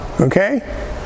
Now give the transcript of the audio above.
Okay